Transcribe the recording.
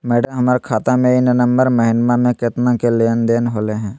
madam, हमर खाता में ई नवंबर महीनमा में केतना के लेन देन होले है